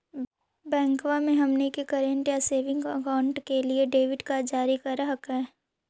बैंकवा मे हमनी के करेंट या सेविंग अकाउंट के लिए डेबिट कार्ड जारी कर हकै है?